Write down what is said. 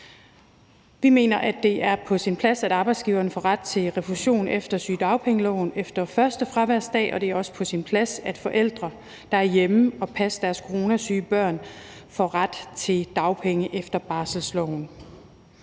Vi mener, at det er på sin plads, at arbejdsgiveren får ret til refusion efter sygedagpengeloven efter 1. fraværsdag, og det er også på sin plads, at forældre, der er hjemme for at passe deres coronasyge børn, får ret til dagpenge efter barselsloven.